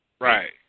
Right